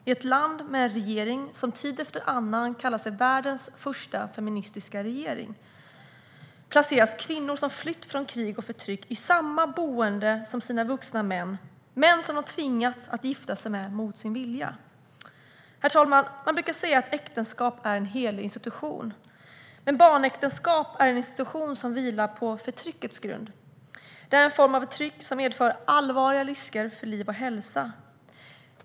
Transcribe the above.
I ett land med en regering som tid efter annan kallar sig "världens första feministiska regering" placeras flickor som flytt från krig och förtryck i samma boenden som sina vuxna män, män som de tvingats att gifta sig med mot sin vilja. Herr talman! Man brukar säga att äktenskapet är en helig institution. Men barnäktenskap är en institution som vilar på förtryckets grund. Det är en form av förtryck som medför allvarliga risker för liv och hälsa.